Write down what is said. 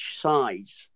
size